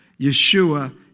Yeshua